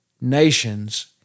nations